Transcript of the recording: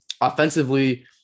offensively